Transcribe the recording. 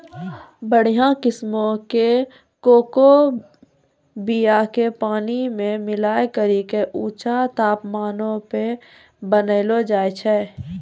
बढ़िया किस्मो के कोको बीया के पानी मे मिलाय करि के ऊंचा तापमानो पे बनैलो जाय छै